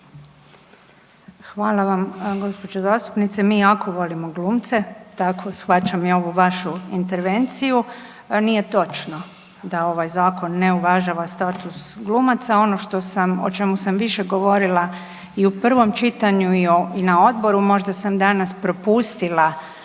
Hvala vam gospođo zastupnice. Mi jako volimo glumce, tako shvaćam i ovu vašu intervenciju. Nije točno da ovaj zakon ne uvažava status glumaca, ono o čemu sam više govorila i u prvom čitanju i na odboru, možda sam danas propustila